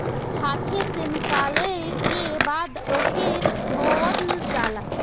हाथे से निकलले के बाद ओके धोवल जाला